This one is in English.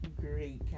great